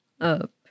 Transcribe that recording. up